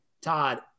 Todd